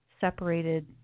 separated